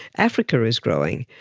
africa is growing.